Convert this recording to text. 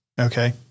okay